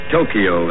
Tokyo